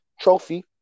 Trophy